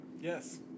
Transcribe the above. Yes